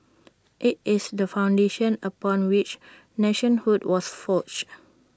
IT is the foundation upon which nationhood was forged